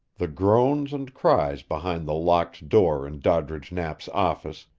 the groans and cries behind the locked door in doddridge knapp's office,